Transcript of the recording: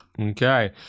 Okay